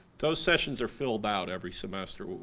those sessions are filled out every semester,